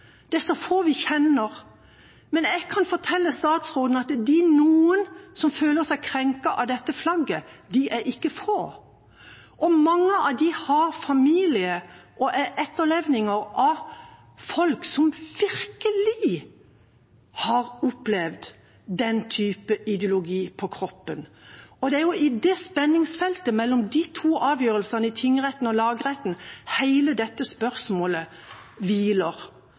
det er så få vi kjenner. Men jeg kan fortelle statsråden at de «noen» som føler seg krenket av dette flagget, er ikke få. Mange av dem er familie og etterkommere av folk som virkelig har opplevd den typen ideologi på kroppen. Det er jo i det spenningsfeltet, mellom de to avgjørelsene i tingretten og lagmannsretten, hele dette spørsmålet hviler.